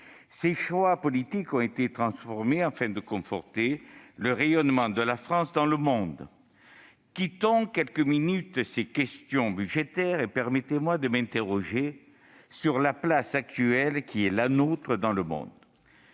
Ces choix politiques ont été transformés afin de conforter le rayonnement de la France dans le monde. Mes chers collègues, quittons quelques minutes ces questions budgétaires et permettez-moi de m'interroger sur notre place actuelle dans le monde.